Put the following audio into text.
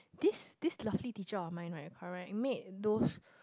this this lovely teacher of mine right correct made those